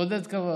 עודד קבע